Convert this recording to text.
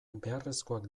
beharrezkoak